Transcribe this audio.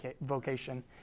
vocation